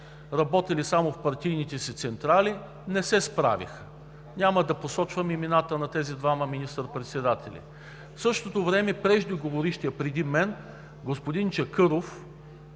работили само в партийните си централи, не се справиха. Няма да посочвам имената на тези двама министър-председатели. В същото време преждеговорившият преди мен – господин Чакъров,